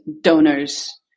donors